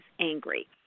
angry